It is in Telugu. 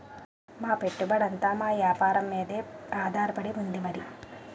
మా పెట్టుబడంతా మా వేపారం మీదే ఆధారపడి ఉంది మరి